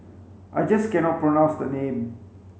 I just cannot pronounce the name